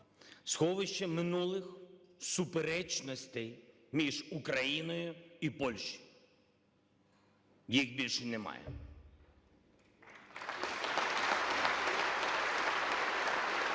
сховище минулих суперечностей між Україною і Польщею. Їх більше немає.